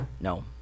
No